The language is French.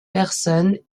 personnes